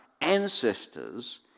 ancestors